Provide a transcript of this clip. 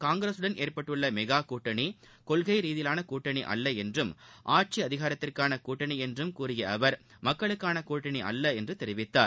காங்கிரசுடன் ஏற்பட்டுள்ள மெகா கூட்டணி கொள்கை ரீதியிலான கூட்டணியல்ல என்றும் ஆட்சி அதிகாரத்திற்கான கூட்டணி என்றும் கூறிய அவர் மக்களுக்கான கூட்டணி அல்ல என்று தெரிவித்தார்